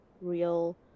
real